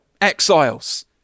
exiles